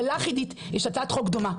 ולך עידית יש הצעת חוק דומה,